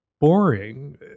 boring